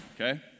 Okay